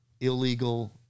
illegal